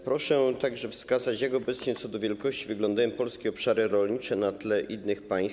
Proszę także wskazać, jak obecnie co do wielkości wyglądają polskie obszary rolnicze na tle innych państw.